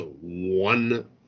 one